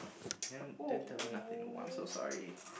you want didn't tell me nothing I'm so sorry